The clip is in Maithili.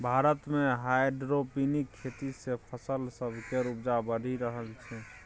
भारत मे हाइड्रोपोनिक खेती सँ फसल सब केर उपजा बढ़ि रहल छै